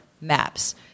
maps